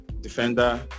defender